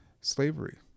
slavery